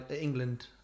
England